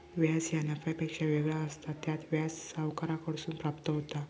व्याज ह्या नफ्यापेक्षा वेगळा असता, त्यात व्याज सावकाराकडसून प्राप्त होता